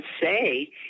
say